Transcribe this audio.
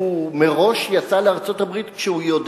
שהוא מראש יצא לארצות-הברית כשהוא יודע